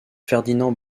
ferdinand